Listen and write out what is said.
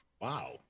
Wow